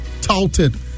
touted